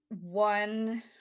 one